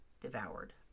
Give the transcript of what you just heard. devoured